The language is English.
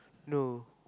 no